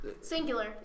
singular